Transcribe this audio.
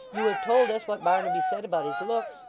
you have told us what barnaby said about his looks,